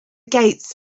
gates